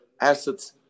assets